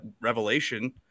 revelation